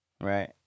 Right